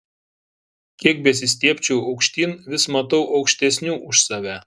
kiek besistiebčiau aukštyn vis matau aukštesnių už save